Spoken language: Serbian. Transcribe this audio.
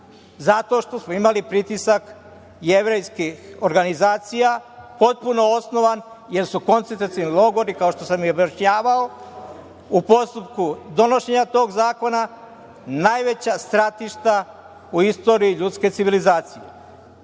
zato što smo imali pritisak jevrejskih organizacija, potpun osnovan, jer su koncentracioni logori, kao što sam i objašnjavao, u postupku donošenja tog zakona najveća stratišta u istoriji ljudske civilizacije.